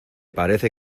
parece